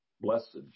Blessed